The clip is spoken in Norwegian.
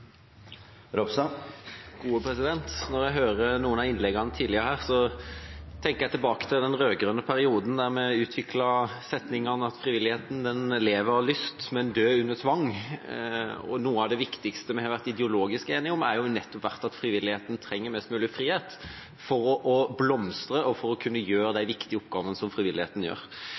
Når jeg hører noen av innleggene tidligere her, tenker jeg tilbake til den rød-grønne perioden, da vi utviklet setningen: Frivilligheten lever av lyst, men dør under tvang. Noe av det viktigste vi har vært ideologisk enige om, har nettopp vært at frivilligheten trenger mest mulig frihet for å blomstre og for å kunne gjøre de viktige oppgavene som frivilligheten gjør.